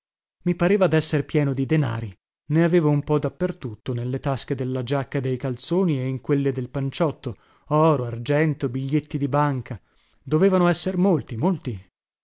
i pareva desser pieno di denari ne avevo un po da per tutto nelle tasche della giacca e dei calzoni e in quelle del panciotto oro argento biglietti di banca dovevano esser molti molti